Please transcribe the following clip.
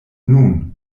nun